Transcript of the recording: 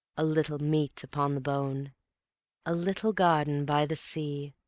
a little meat upon the bone a little garden by the sea,